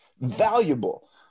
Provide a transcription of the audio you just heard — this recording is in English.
valuable